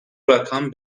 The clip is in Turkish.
rakam